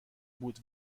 بود